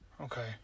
Okay